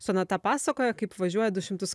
sonata pasakoja kaip važiuoja du šimtus